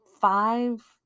five